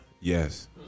Yes